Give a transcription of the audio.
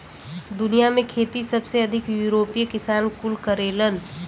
दुनिया में खेती सबसे अधिक यूरोपीय किसान कुल करेलन